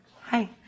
Hi